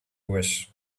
wish